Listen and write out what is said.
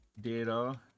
data